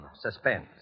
suspense